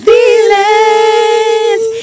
Feelings